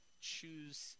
choose